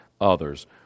others